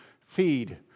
feed